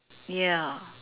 ya